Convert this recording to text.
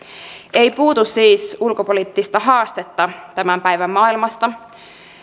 ei puutu siis ulkopoliittista haastetta tämän päivän maailmasta